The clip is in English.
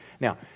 Now